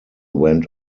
went